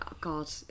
god